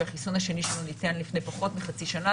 שהחיסון השני ניתן לפני פחות מחצי שנה,